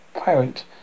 Parent